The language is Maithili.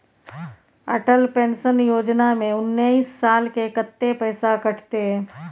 अटल पेंशन योजना में उनैस साल के कत्ते पैसा कटते?